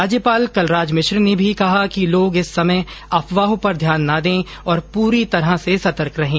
राज्यपाल कलराज मिश्र ने भी कहा है कि लोग इस समय अफवाहों पर ध्यान न दें और पूरी तरह से सतर्क रहें